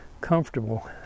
comfortable